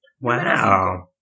Wow